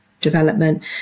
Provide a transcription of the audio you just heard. development